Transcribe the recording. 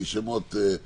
השמות